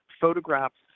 photographs